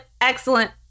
excellent